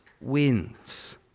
wins